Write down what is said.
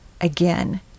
again